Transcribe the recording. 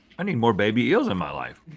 i need more baby eels in my life.